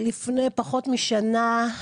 לפני פחות משנה,